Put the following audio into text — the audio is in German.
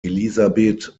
elisabeth